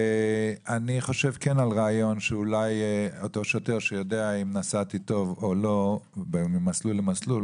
אני חושב על הרעיון שאם שוטר יודע שנסעתי טוב או לא ממסלול למסלול,